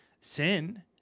sin